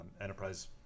enterprise